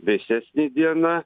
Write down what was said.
vėsesnė diena